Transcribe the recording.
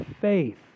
faith